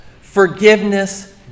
forgiveness